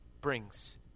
brings